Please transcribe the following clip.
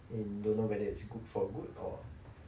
um don't know whether it's good for good or